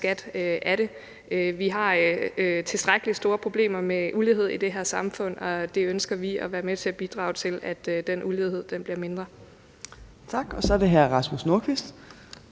Vi har tilstrækkelig store problemer med ulighed i det her samfund, og den ønsker vi at være med til at bidrage til bliver mindre. Kl. 10:54 Fjerde næstformand